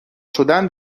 شدن